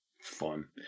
Fun